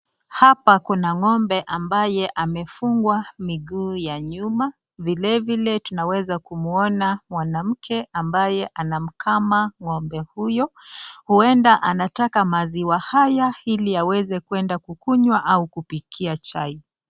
Hapa kuna ng'ombe ambaye amefungwa miguu ya nyuma. Vilevile tunaweza kumwona mwanamke ambaye anamkama ng'ombe huyo. Huenda anataka maziwa haya ili aweze kuenda kukunywa au kupikia chai.